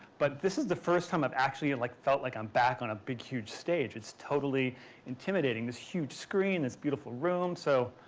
but this is the first time i've actually and like felt like i'm back on a big huge stage. it's totally intimidating. this huge screen, this beautiful room. so,